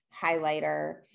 highlighter